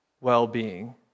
well-being